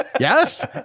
yes